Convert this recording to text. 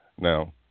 Now